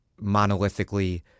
monolithically